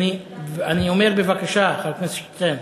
אני אומר: בבקשה, חבר הכנסת שטרן.